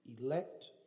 elect